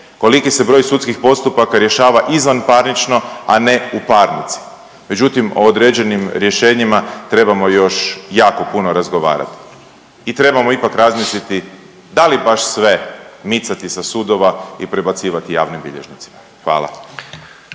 koliki se broj sudskih postupaka rješava izvanparnično, a ne u parnici. Međutim, o određenim rješenjima trebamo još jako puno razgovarati i trebamo ipak razmisliti da li baš sve micati sa sudova i prebacivati javnim bilježnicima. Hvala.